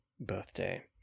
birthday